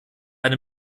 eine